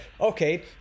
okay